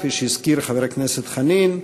כפי שהזכיר חבר הכנסת חנין,